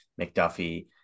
McDuffie